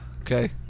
okay